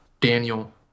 Daniel